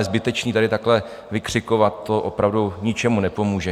A je zbytečné tady takhle vykřikovat, to opravdu ničemu nepomůže.